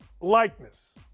likeness